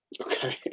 Okay